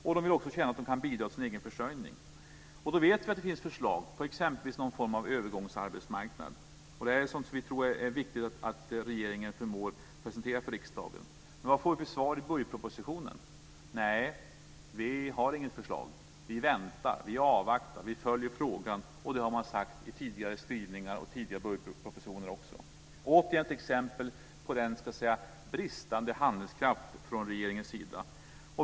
De behöver också känna att de kan bidra till sin egen försörjning. Vi vet att det finns förslag på någon form av övergångsarbetsmarknad. Det är sådant som vi tror är viktigt att regeringen förmår presentera för riksdagen. Men vad får vi för svar i budgetpropositionen? Nej, vi har inget förslag. Vi väntar. Vi avvaktar. Vi följer frågan. Det har man sagt i tidigare skrivningar i tidigare budgetpropositioner också. Detta är återigen ett exempel på bristande handlingskraft från regeringens sida.